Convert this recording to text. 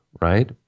Right